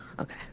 Okay